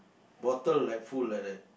bottle like full like that